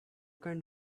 kind